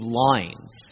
lines